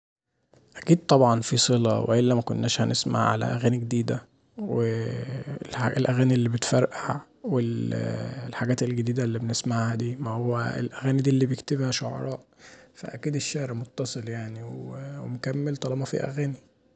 أكيد طبعا فيه صله والا مكناش هنسمع علي اغاني جديده، والأغاني اللي بتفرقع والحاجات الجديده اللي بنسمعها دي ماهو الأغاني دي اللي بيكتبها شعراء فأكيد الشعر متصل يعني ومكمل طالما فيه أغاني.